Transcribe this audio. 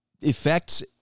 effects